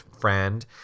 friend